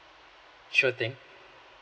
sure thing